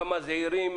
כמה זעירים,